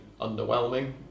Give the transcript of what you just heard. underwhelming